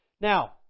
Now